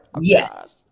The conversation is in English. Yes